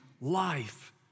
life